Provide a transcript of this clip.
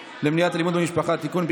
(תיקון,